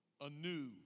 anew